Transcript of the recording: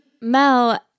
Mel